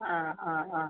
ആ ആ ആ